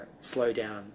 slowdown